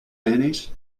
mayonnaise